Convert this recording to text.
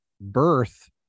birth